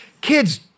Kids